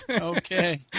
Okay